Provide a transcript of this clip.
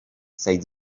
said